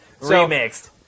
remixed